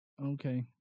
Okay